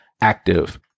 active